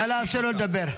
נא לאפשר לו לדבר.